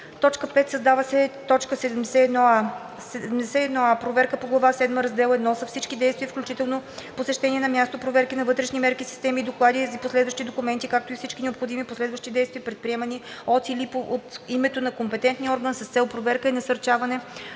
31г.“ 5. Създава се т. 71а: „71а. „Проверка по глава седма, раздел I” са всички действия, включително посещения на място, проверки на вътрешни мерки, системи и доклади и последващи документи, както и всички необходими последващи действия, предприемани от или от името на компетентния орган с цел проверка и насърчаване